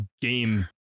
game